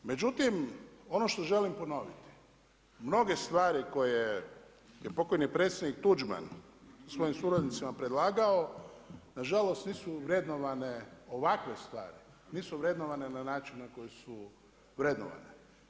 Međutim, ono što želim ponoviti, mnoge stvari koje je pokojni predsjednik Tuđman svojim suradnicima predlagao, nažalost nisu vrednovane ovakve stvari nisu vrednovane na način na koje su vrednovane.